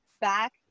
back